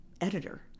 editor